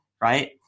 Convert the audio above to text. right